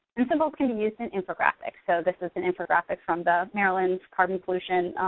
and symbols can be used in infographics, so this is an infographic from the maryland's carbon pollution,